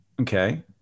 okay